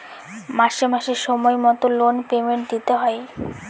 মাসে মাসে সময় মতো লোন পেমেন্ট দিতে হয়